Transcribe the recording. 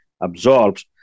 absorbs